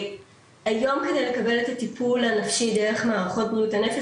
היום כדי לקבל את הטיפול הנפשי דרך מערכות בריאות הנפש,